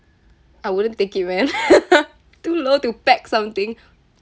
I wouldn't take it man too low to pack something